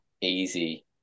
easy